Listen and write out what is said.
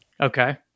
Okay